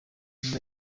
nyuma